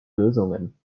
lösungen